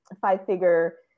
five-figure